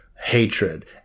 hatred